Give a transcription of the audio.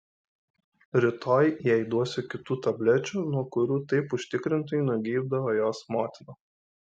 rytoj jai duosiu kitų tablečių nuo kurių taip užtikrintai nugeibdavo jos motina